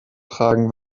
tragen